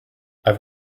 i’ve